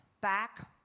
back